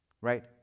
right